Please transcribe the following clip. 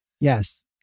Yes